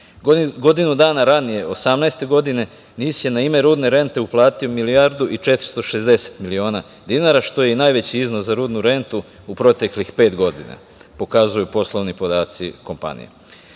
dinara. Godinu dana ranije, osamnaeste godine NIS je na ime radne rente uplatio milijardu i 460 miliona dinara, što je i najveći iznos za rudnu rentu u proteklih pet godina, pokazuju poslovni podaci kompanije.